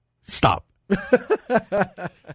Stop